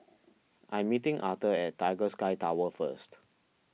I'm meeting Authur at Tiger Sky Tower first